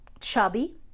chubby